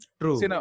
True